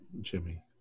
Jimmy